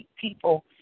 people